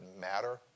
matter